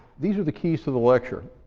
these are the keys to the lecture.